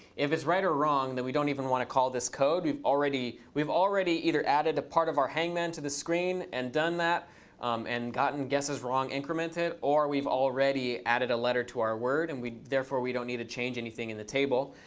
if it's right or wrong, then we don't even want to call this code. we've already we've already either added a part of our hangman to the screen and done that and gotten guesses wrong incremented, or we've already added a letter to our word, and therefore we don't need to change anything in the table.